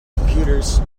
computers